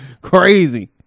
crazy